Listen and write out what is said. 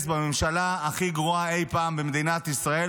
כממשלה הכי גרועה אי פעם במדינת ישראל,